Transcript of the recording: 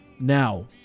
Now